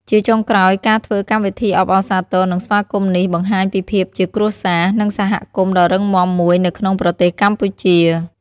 ជាចុងក្រោយ ការធ្វើកម្មវិធីអបអរសាទរ និងស្វាគមន៍នេះបង្ហាញពីភាពជាគ្រួសារ និងសហគមន៏ដ៏រឹងមាំមួយនៅក្នុងប្រទេសកម្ពុជា។